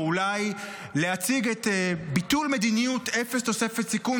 או אולי להציג את ביטול מדיניות אפס תוספת סיכון